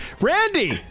Randy